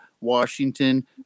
Washington